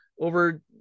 over